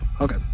Okay